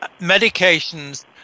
medications